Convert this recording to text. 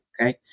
okay